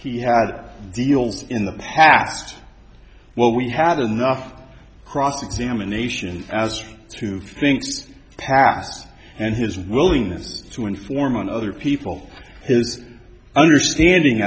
he had deals in the past well we had enough cross examination as to thinks past and his willingness to inform on other people his understanding